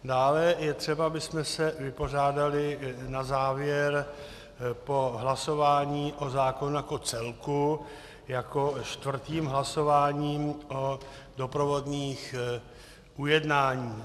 Dále je třeba, abychom se vypořádali na závěr po hlasování o zákonu jako celku čtvrtým hlasováním o doprovodných ujednáních.